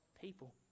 people